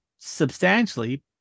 substantially